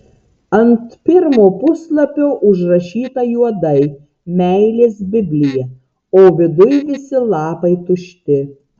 ant pirmo puslapio užrašyta juodai meilės biblija o viduj visi lapai tušti